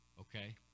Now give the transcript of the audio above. okay